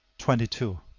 twenty two.